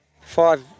five